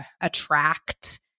attract